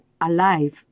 alive